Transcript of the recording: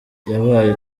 yabaye